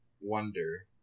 wonder